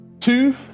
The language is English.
two